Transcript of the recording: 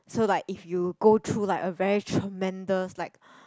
so like if you go through like a very tremendous like